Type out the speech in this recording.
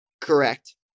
Correct